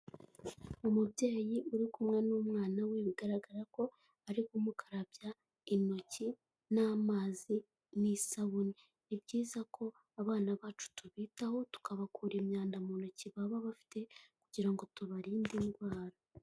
Umubyeyi uri kumwe n'umwana we bigaragara ko ari umukarabya intoki n'amazi n'isabune. Ni byiza ko abana bacu tubitaho tukabakura imyanda mu ntoki baba bafite kugira ngo tubarinde indwara.